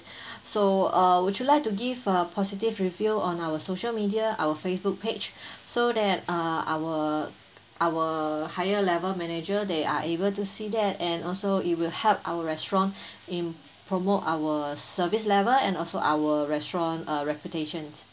so uh would you like to give a positive review on our social media our Facebook page so that uh our higher level manager they are able to see that and also it will help our restaurant in promote our service level and also our restaurant uh reputation